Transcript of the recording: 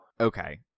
Okay